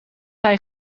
hij